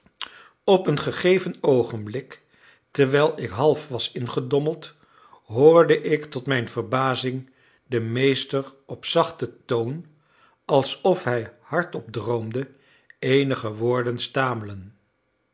op een gegeven oogenblik terwijl ik half was ingedommeld hoorde ik tot mijn verbazing den meester op zachten toon alsof hij hardop droomde eenige woorden stamelen